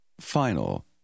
final